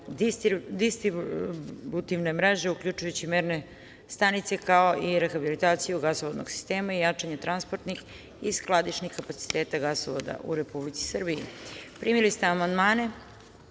distributivne mreže, uključujući merne stanice, kao i rehabilitaciju gasovodnog sistema i jačanja transportnih i skladišnih kapaciteta gasovoda u Republici Srbiji, u celini. Molim vas